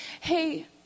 hey